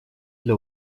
для